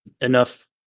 enough